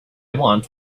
want